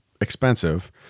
expensive